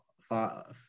far